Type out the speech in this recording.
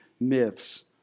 myths